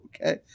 Okay